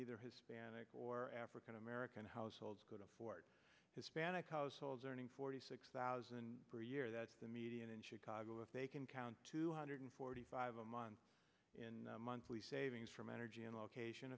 either hispanic or african american households could afford hispanic households earning forty six thousand per year that's the median in chicago if they can count two hundred forty five a month in monthly savings from energy and location